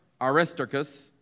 aristarchus